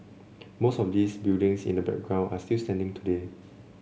most of those buildings in the background are still standing today